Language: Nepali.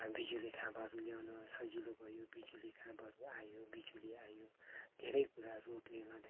बिजुली खाँबाहरू ल्याउनु सजिलो भयो बिजुली खाँबाहरू आयो बिजुली आयो धेरै कुरा रोडले गर्दाखेरि